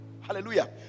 Hallelujah